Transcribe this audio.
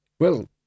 Well